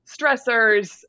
stressors